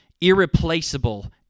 irreplaceable